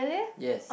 yes